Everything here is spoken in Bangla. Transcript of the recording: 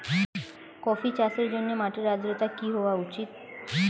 কফি চাষের জন্য মাটির আর্দ্রতা কি হওয়া উচিৎ?